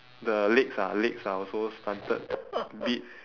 the legs are legs are also slanted bit